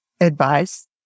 advice